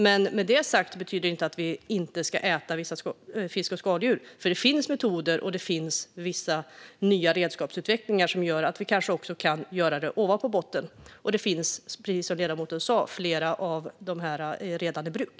Men det betyder inte att vi inte ska äta vissa fiskar och skaldjur, för det finns metoder och vissa nya redskap som utvecklas som gör att vi kanske kan ta upp dem ovanför botten. Och, precis som ledamoten sa, finns vissa av dessa redskap redan i bruk.